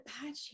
Apache